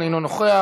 אינו נוכח,